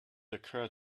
occurred